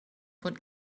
what